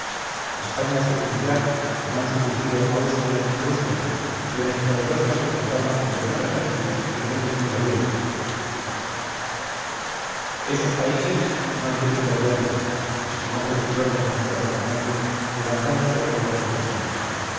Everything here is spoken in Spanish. españa sucumbirá como han sucumbido austria y prusia naciones poderosas que contaban con buenos ejércitos y reyes muy valientes esos países no tienen vergüenza exclamó con furor d santiago fernández levantándose otra vez de su asiento